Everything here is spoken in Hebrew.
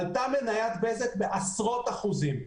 עלתה מניית בזק בעשרות אחוזים.